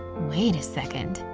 wait a second,